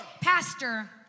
Pastor